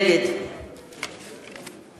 נגד